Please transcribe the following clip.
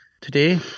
today